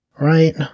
Right